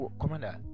Commander